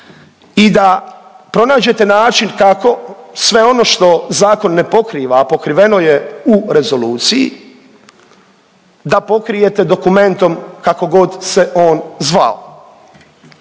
i da pronađete način kako sve ono što zakon ne pokriva, a pokriveno je u rezoluciji, da pokrijete dokumentom, kako god se on zvao